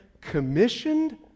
commissioned